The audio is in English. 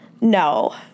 No